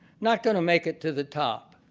not going to make it to the top.